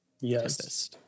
Yes